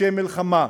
חודשי מלחמה.